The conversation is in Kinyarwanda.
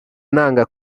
nanga